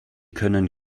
können